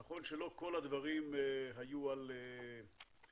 נכון שלא כל הדברים היו בהסכמה,